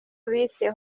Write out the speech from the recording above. bise